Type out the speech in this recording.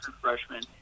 freshman